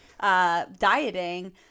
Dieting